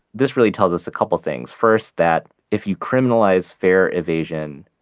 this really tells us a couple of things. first that if you criminalize fare evasion,